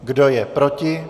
Kdo je proti?